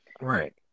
Right